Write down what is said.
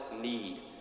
need